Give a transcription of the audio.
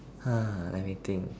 ah anything